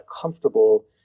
comfortable